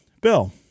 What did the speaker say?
Bill